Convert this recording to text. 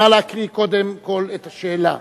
נא להקריא קודם כול את השאלה